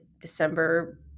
December